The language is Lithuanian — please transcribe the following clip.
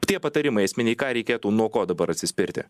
tie patarimai esminiai ką reikėtų nuo ko dabar atsispirti